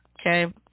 Okay